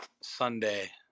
Sunday